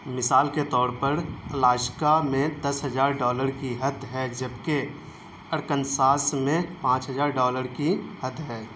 مثال کے طور پر الاشکا میں دس ہزار ڈالڑ کی حد ہے جبکہ ارکنساس میں پانچ ہزار ڈالڑ کی حد ہے